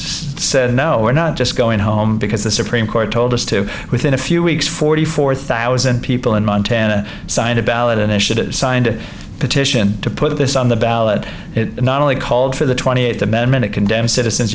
said no we're not just going home because the supreme court told us to within a few weeks forty four thousand people in montana signed a ballot initiative signed a petition to put this on the ballot not only called for the twenty eighth amendment to condemn citizens